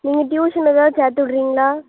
நீங்கள் டியூஷன் எதாச்சும் சேர்த்துவுட்றிங்ளா